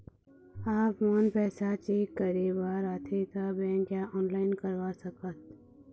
आपमन पैसा चेक करे बार आथे ता बैंक या ऑनलाइन करवा सकत?